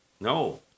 No